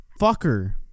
fucker